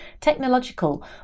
Technological